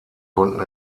konnten